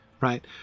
right